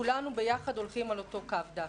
כולנו ביחד הולכים על אותו קו דק,